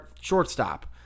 shortstop